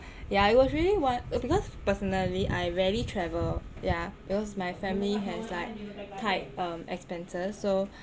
yah it was really one because personally I rarely travel yah because my family has like tight um expenses so